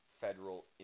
federal